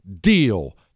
deal